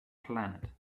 planet